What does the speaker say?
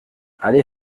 allez